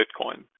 Bitcoin